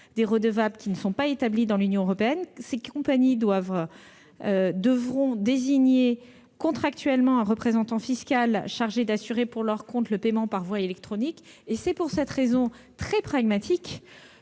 des redevables ne sont pas établis dans l'Union européenne. Ces compagnies devront désigner contractuellement un représentant fiscal chargé d'assurer, pour leur compte, le paiement par voie électronique. Pour cette raison très pragmatique,